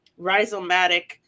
rhizomatic